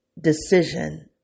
decision